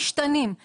שמשתנים.